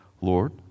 Lord